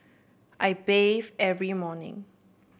I bathe every morning